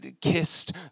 kissed